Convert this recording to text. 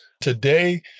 Today